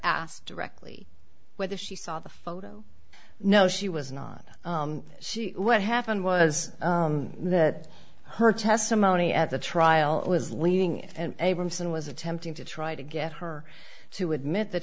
asked directly whether she saw the photo i know she was not she what happened was that her testimony at the trial was leading and abramson was attempting to try to get her to admit that